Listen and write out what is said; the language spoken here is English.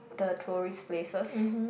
the tourist places